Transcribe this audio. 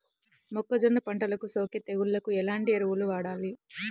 మొక్కజొన్న పంటలకు సోకే తెగుళ్లకు ఎలాంటి ఎరువులు వాడాలి?